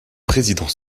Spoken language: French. président